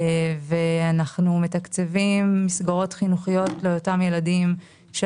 ואנחנו מתקצבים מסגרות חינוכיות לאותם ילדים של